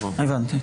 הבנתי.